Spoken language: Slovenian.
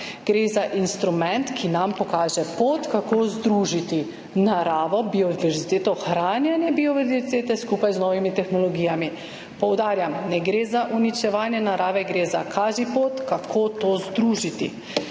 gre za instrument, ki nam pokaže pot, kako združiti naravo, biodiverziteto, ohranjanje biodiverzitete skupaj z novimi tehnologijami. Poudarjam, ne gre za uničevanje narave, gre za kažipot, kako to združiti.